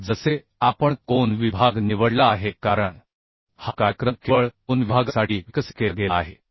मग जसे आपण कोन विभाग निवडला आहे कारणहा कार्यक्रम केवळ कोन विभागासाठी विकसित केला गेला आहे